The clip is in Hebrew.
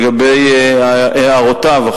לגבי הערותיו,